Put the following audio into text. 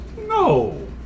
No